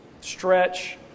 stretch